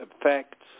effects